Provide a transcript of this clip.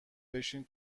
بشین